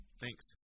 Thanks